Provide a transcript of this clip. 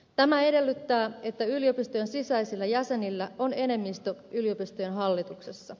tämä edellyttää että yliopistojen sisäisillä jäsenillä on enemmistö yliopistojen hallituksissa